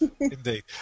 indeed